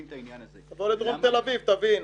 תבוא לדרום תל אביב תבין.